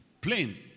Plain